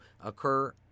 occur